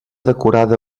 decorada